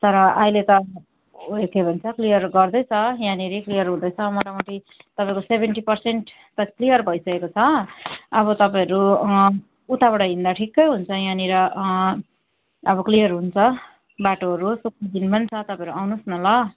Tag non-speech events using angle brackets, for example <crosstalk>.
तर अहिले त उयो के भन्छ क्लियर गर्दैछ यहाँनिर क्लियर हुँदैछ मोटामोटी तपाईँको सेबेन्टी पर्सेन्ट त क्लियर भइसकेको छ अब तपाईँहरू उताबाट हिँड्दा ठिकै हुन्छ यहाँनिर अब क्लियर हुन्छ बाटोहरू <unintelligible> पनि छ तपाईँहरू आउनुहोस् न ल